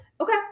okay